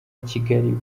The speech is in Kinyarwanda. kigali